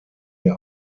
der